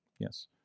Yes